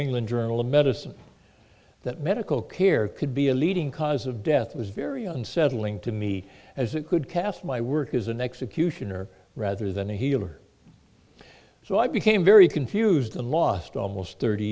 england journal of medicine that medical care could be a leading cause of death was very unsettling to me as it could cast my work as an executioner rather than a healer so i became very confused and lost almost thirty